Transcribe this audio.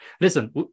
listen